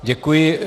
Děkuji.